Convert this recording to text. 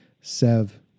Sev